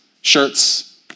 shirts